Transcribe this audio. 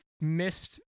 missed